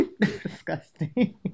disgusting